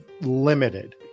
limited